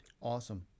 Awesome